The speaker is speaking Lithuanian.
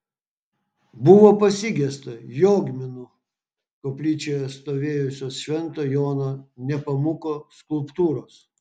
buvo pasigesta jogminų koplyčioje stovėjusios švento jono nepomuko skulptūros